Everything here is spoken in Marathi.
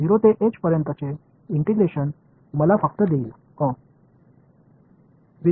तर 0 ते एच पर्यंतचे इंटिग्रेशन मला फक्त देईल अ